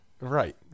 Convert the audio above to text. right